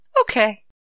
Okay